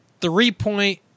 three-point